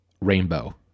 rainbow